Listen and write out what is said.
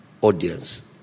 audience